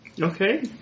Okay